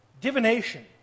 Divination